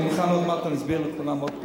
אני מוכן עוד מעט להסביר לכולם עוד פעם.